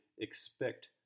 expect